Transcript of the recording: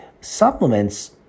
Supplements